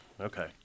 Okay